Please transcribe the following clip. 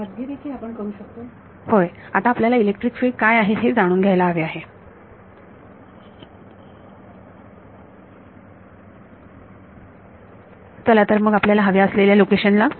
विद्यार्थी मध्ये देखील आपण करू शकतो होय आता आपल्याला इलेक्ट्रिक फील्ड काय आहे ते जाणून घ्यायला हवे आहेत चला तर मग आपल्याला हव्या असलेल्या लोकेशन ला